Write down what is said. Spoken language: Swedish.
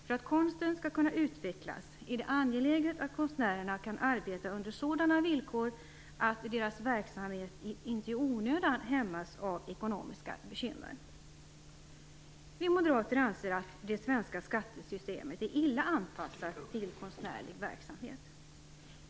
För att konsten skall kunna utvecklas är det angeläget att konstnärerna kan arbeta under sådana villkor att deras verksamhet inte i onödan hämmas av ekonomiska bekymmer. Vi moderater anser att det svenska skattesystemet är illa anpassat till konstnärlig verksamhet.